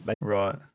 Right